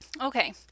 Okay